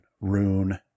rune